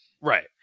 Right